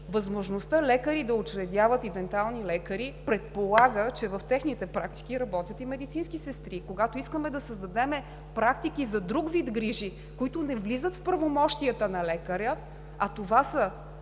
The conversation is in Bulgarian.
Възможността лекари и дентални лекари да учредяват предполага, че в техните практики работят и медицински сестри. Когато искаме да създадем практики за друг вид грижи, които не влизат в правомощията на лекаря, а това са